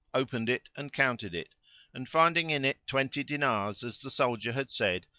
opened it and counted it and, finding in it twenty dinars as the soldier had said,